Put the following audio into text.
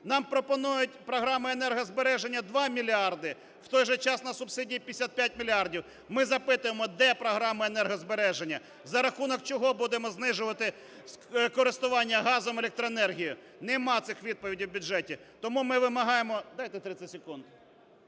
Нам пропонують програму енергозбереження – 2 мільярди, в той же час на субсидії – 55 мільярдів. Ми запитуємо: де програма енергозбереження? За рахунок чого будемо знижувати користування газом, електроенергією? Нема цих відповідей в бюджеті. Тому ми вимагаємо... Дайте 30 секунд.